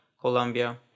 Colombia